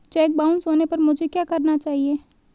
Check bounce होने पर मुझे क्या करना चाहिए?